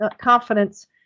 confidence